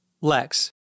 Lex